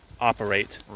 operate